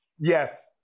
Yes